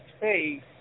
face